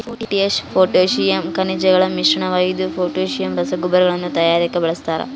potash potassium ಖನಿಜಗಳ ಮಿಶ್ರಣವಾಗಿದ್ದು potassium ರಸಗೊಬ್ಬರಗಳನ್ನು ತಯಾರಿಸಾಕ ಬಳಸ್ತಾರ